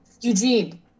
Eugene